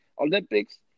Olympics